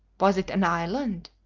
was it an island?